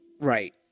Right